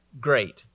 great